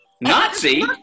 Nazi